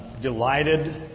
delighted